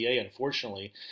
unfortunately